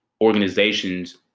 organizations